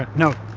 ah no,